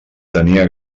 tenia